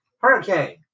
Hurricane